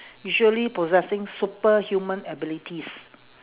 usually possessing superhuman abilities